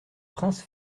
prince